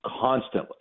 constantly